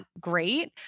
great